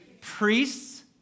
priests